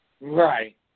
Right